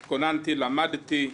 התכוננתי, למדתי,